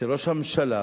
שראש הממשלה